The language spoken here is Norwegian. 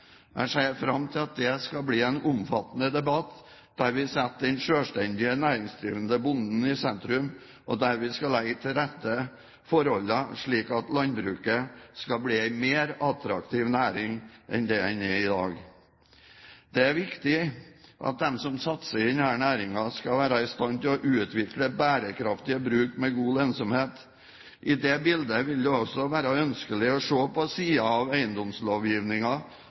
Jeg ser fram til at det skal bli en omfattende debatt, der vi setter den selvstendig næringsdrivende bonden i sentrum, og der vi skal legge til rette forholdene slik at landbruket skal bli en mer attraktiv næring enn det den er i dag. Det er viktig at de som satser i denne næringen, skal være i stand til å utvikle bærekraftige bruk med god lønnsomhet. I det bildet vil det også være ønskelig å se på sider av